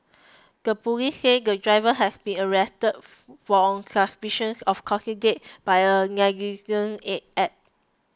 the police said the driver has been arrested for on suspicions of causing death by a negligent egg act